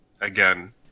again